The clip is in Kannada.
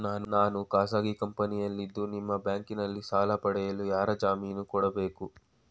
ನಾನು ಖಾಸಗಿ ಕಂಪನಿಯಲ್ಲಿದ್ದು ನಿಮ್ಮ ಬ್ಯಾಂಕಿನಲ್ಲಿ ಸಾಲ ಪಡೆಯಲು ಯಾರ ಜಾಮೀನು ಕೊಡಬೇಕು?